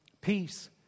Peace